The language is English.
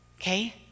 Okay